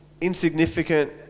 insignificant